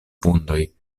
vundoj